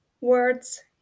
words